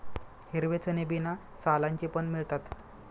हिरवे चणे बिना सालांचे पण मिळतात